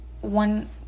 one